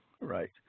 right